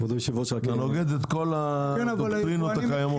זה נוגד את כל הדוקטרינות הקיימות.